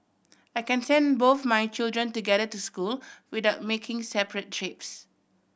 I can send both my children together to school without making separate trips